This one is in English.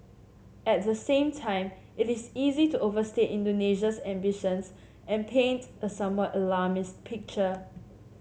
at the same time it is easy to overstate Indonesia's ambitions and paint a somewhat alarmist picture